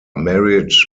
married